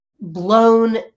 blown